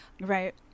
right